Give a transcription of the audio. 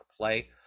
play